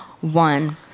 one